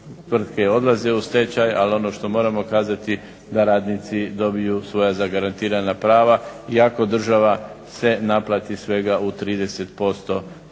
tvrtke odlaze u stečaj. Ali ono što moramo kazati da radnici dobiju svoja zagarantirana prava iako država se naplati svega u 30% svojih